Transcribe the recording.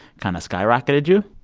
kind of skyrocketed you?